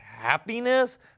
Happiness